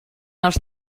els